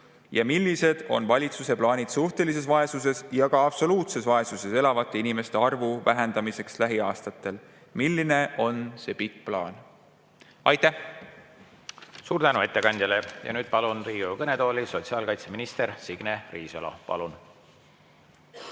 Millised on valitsuse plaanid suhtelises vaesuses ja ka absoluutses vaesuses elavate inimeste arvu vähendamiseks lähiaastatel? Milline on see pikk plaan? Aitäh! Suur tänu ettekandjale! Nüüd palun Riigikogu kõnetooli sotsiaalkaitseminister Signe Riisalo. Palun!